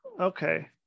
okay